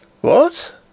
What